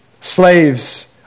Slaves